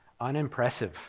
unimpressive